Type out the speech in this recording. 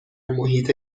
محیط